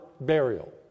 burial